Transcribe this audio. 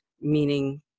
meaning